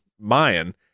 Mayan